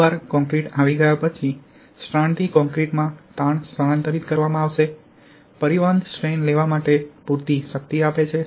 એકવાર કોંક્રિટ આવી ગયા પછી સ્ટ્રેન્ડથી કોંક્રિટમાં તાણ સ્થાનાંતરિત કરવામાં આવશે પરિવહન સ્ટ્રેન લેવા માટે પૂરતી શક્તિ આપે છે